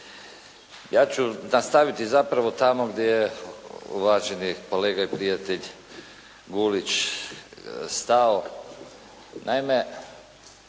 Ja ću nastaviti zapravo tamo gdje je uvaženi kolega i prijatelj Gulić stao.